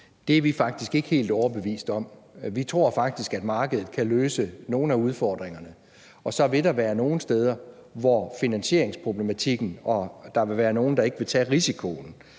Det er vi faktisk ikke helt overbevist om. Vi tror faktisk, at markedet kan løse nogle af udfordringerne, og så vil der være nogle steder, hvor der vil være en finansieringsproblematik, og der vil være nogle, der ikke vil tage risikoen,